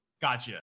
Gotcha